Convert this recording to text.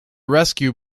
rescue